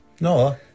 no